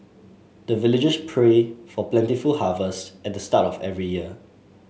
the villagers pray for plentiful harvest at the start of every year